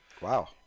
Wow